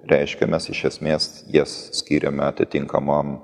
reiškia mes iš esmės jas skyrėme atitinkamam